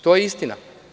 To je istina.